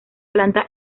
planta